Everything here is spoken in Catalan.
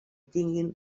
tinguin